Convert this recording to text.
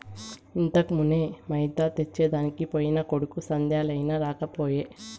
ఇంతకుమున్నే మైదా తెచ్చెదనికి పోయిన కొడుకు సందేలయినా రాకపోయే